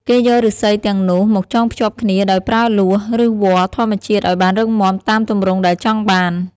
គេយកឬស្សីទាំងនោះមកចងភ្ជាប់គ្នាដោយប្រើលួស ឬវល្លិធម្មជាតិឱ្យបានរឹងមាំតាមទម្រង់ដែលចង់បាន។